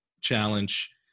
challenge